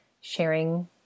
sharing